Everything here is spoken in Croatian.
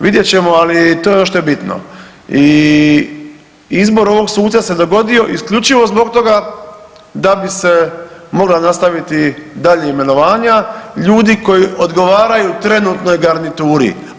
Vidjet ćemo ali to je ono što je bitno i izbor ovoga suca se dogodio isključivo zbog toga da bi se mogla nastaviti daljnja imenovanja ljudi koji odgovaraju trenutnoj garnituri.